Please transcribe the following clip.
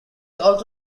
also